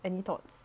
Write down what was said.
any thoughts